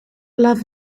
love